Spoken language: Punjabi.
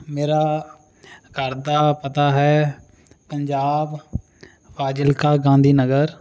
ਮੇਰਾ ਘਰ ਦਾ ਪਤਾ ਹੈ ਪੰਜਾਬ ਫਾਜ਼ਿਲਕਾ ਗਾਂਧੀ ਨਗਰ